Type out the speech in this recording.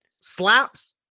slaps